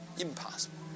Impossible